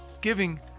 Giving